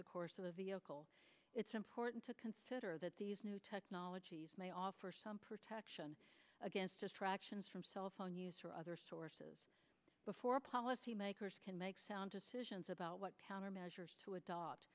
the course of the vehicle it's important to consider that these new technologies may offer some protection against distractions from cell phone use or other sources before policymakers can make sound decisions about what countermeasures to ado